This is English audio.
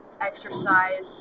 exercise